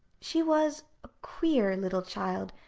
she was a queer little child,